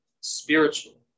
spiritual